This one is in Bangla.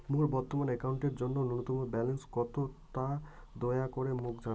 মোর বর্তমান অ্যাকাউন্টের জন্য ন্যূনতম ব্যালেন্স কত তা দয়া করি মোক জানান